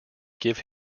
give